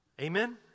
Amen